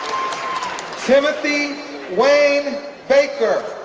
timothy wayne baker,